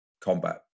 combat